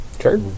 Sure